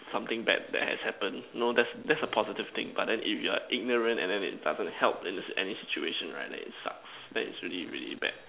something bad that has happened no that that's a positive thing but then if you're like ignorant and then it doesn't help in any s~ any situation right then it sucks then it's really really bad